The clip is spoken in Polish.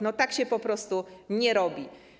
No, tak się po prostu nie robi.